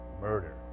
Murder